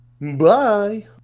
Bye